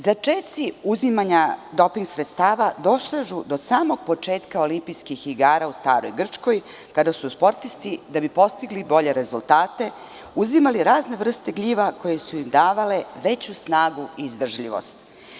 Začeci uzimanja doping sredstava dosežu do samog početka olimpijskih igara u Staroj Grčkoj, kada su sportisti da bi postigli bolje rezultate uzimali razne vrste gljiva koje su im davale veću snagu i izdržljivost.